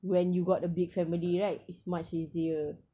when you got a big family right it's much easier